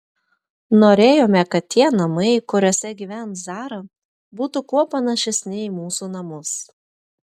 norėjome kad tie namai kuriuose gyvens zara būtų kuo panašesni į mūsų namus